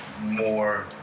more